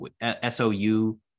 S-O-U